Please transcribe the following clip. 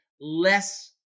less